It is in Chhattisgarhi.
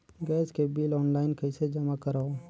गैस के बिल ऑनलाइन कइसे जमा करव?